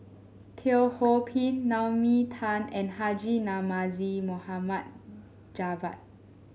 Teo Ho Pin Naomi Tan and Haji Namazie Mohd Javad